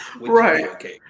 Right